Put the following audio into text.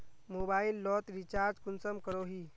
Mobile लोत recharge कुंसम करोही?